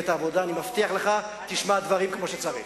תגיש אי-אמון נגד מפלגת העבודה ואני מבטיח לך שתשמע דברים כמו שצריך.